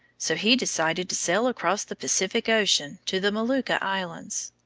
so he decided to sail across the pacific ocean to the molucca islands,